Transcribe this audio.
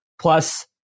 plus